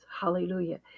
hallelujah